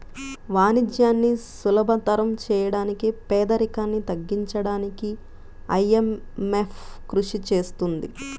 వాణిజ్యాన్ని సులభతరం చేయడానికి పేదరికాన్ని తగ్గించడానికీ ఐఎంఎఫ్ కృషి చేస్తుంది